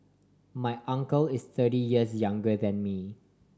my uncle is thirty years younger than me